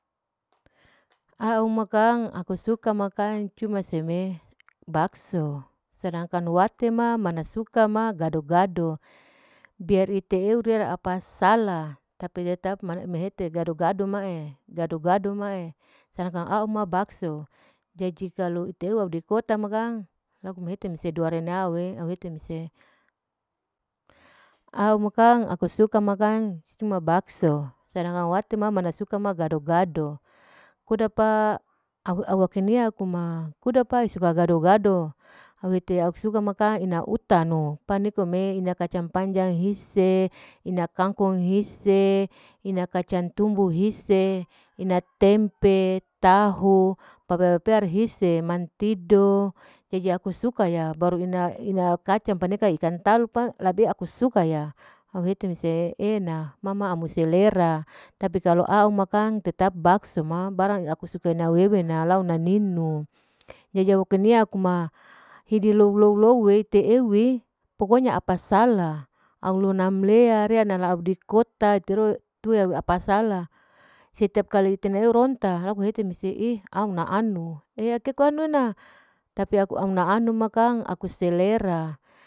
A'au ma kang aku suka ma kang cuma seme bakso, sedangkan wate ma mana sukama gado-gado, biar ite ew riya apa sala, tapi tetap mehete gado-gado ma' e sedangkan au ma bakso, jadi kalu iteewa di kota kang laku mehete mese duarene au e mehete mese, au makang aku suka makang cuman bakso sedangkan wate mana suka gado-gado, kudapa auwaka sania kuma kudapa suk a gado-gado au hete aku suka kang ina utanu, pa nikom e, kacang panjang hise, ina kangkung hise, ina kacang tumbu hise, ina tempe, tahu, papeare hise ma antido jadi aku suka ya baru ina, ina paneka ika talapan lebih aku suka ya, au hete mese e'ena ma ma au ma selera, tapi kalu au ma kang tatap bakso ma, barang aku suka in wewe na lau na ninu, jadi akurnia aku ma hidi lou-lou ite ewwwe, pokonya apa sala aulo namlea rea nala au di kota terus, tue apa sala setiap kali aneo ronta mehete mese eh auna anu eateko anu ena, tapi aku auna anu ma kang aku selera.